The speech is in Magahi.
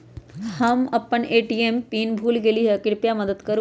हम अपन ए.टी.एम पीन भूल गेली ह, कृपया मदत करू